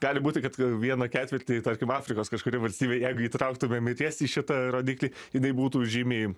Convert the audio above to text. gali būti kad vieną ketvirtį tarkim afrikos kažkuri valstybė jeigu įtrauktumėm ir jas į šitą rodiklį jinai būtų žymiai